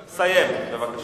סיים, בבקשה,